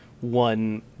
one